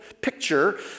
picture